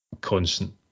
constant